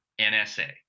NSA